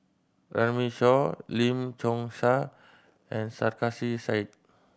Runme Shaw Lim Chong Yah and Sarkasi Said